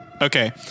Okay